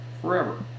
forever